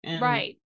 Right